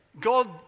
God